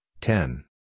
ten